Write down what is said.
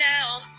now